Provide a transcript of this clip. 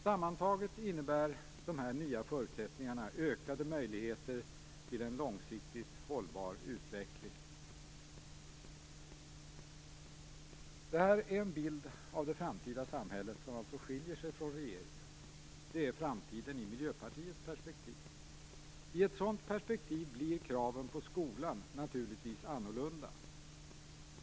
Sammantaget innebär dessa nya förutsättningar ökade möjligheter till en långsiktigt hållbar utveckling. Detta är bild av det framtida samhället som alltså skiljer sig från regeringens. Det är framtiden i Miljöpartiets perspektiv. I ett sådant perspektiv blir kraven på skolan naturligtvis annorlunda.